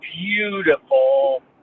beautiful